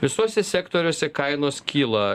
visuose sektoriuose kainos kyla